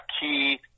key